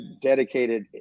dedicated